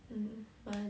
mm but